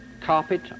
carpet